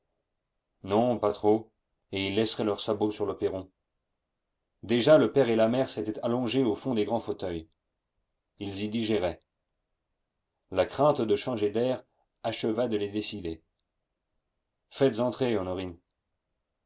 non pas trop et ils laisseraient leurs sabots sur le perron déjà le père et la mère s'étaient allongés au fond des grands fauteuils ils y digéraient la crainte de changer d'air acheva de les décider faites entrer honorine